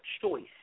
choice